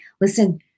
listen